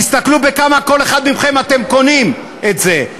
תסתכלו בכמה כל אחד מכם קונה את זה,